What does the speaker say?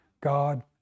God